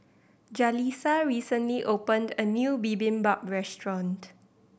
Jaleesa recently opened a new Bibimbap Restaurant